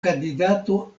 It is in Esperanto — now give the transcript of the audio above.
kandidato